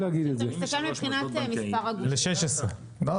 אתה מסתכל מבחינת מספר הגופים?